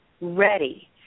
ready